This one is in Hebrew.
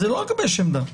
זה לא לגבש עמדה.